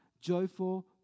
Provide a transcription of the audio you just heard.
joyful